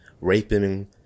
raping